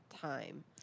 time